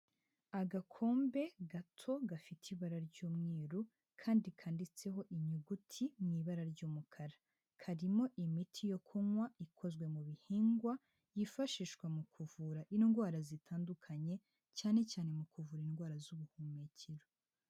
Agakombe gato gafite ibara ry'umweru kandi kanditseho inyuguti mu ibara ry'umukara, karimo imiti yo kunywa ikozwe mu bihingwa yifashishwa mu kuvura indwara zitandukanye cyane cyane mu kuvura indwara z'ubuhumekero.